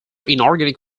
inorganic